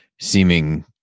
seeming